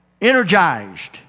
energized